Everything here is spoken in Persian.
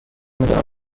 نگران